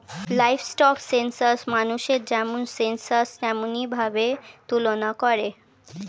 livestock census মানুষের যেমন census তেমনি ভাবে তুলনা করে